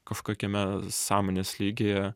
kažkokiame sąmonės lygyje